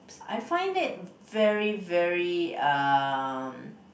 I find it very very uh